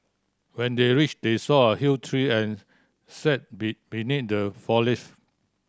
when they reached they saw a huge tree and sat be beneath the foliage